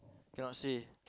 cannot say